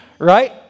right